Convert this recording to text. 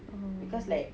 oh